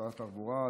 שרת התחבורה,